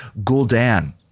Gul'dan